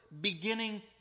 beginning